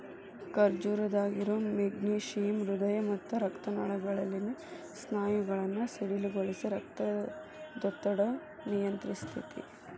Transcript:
ಖರ್ಜೂರದಾಗಿರೋ magnesium ಹೃದಯ ಮತ್ತ ರಕ್ತನಾಳಗಳಲ್ಲಿನ ಸ್ನಾಯುಗಳನ್ನ ಸಡಿಲಗೊಳಿಸಿ, ರಕ್ತದೊತ್ತಡನ ನಿಯಂತ್ರಸ್ತೆತಿ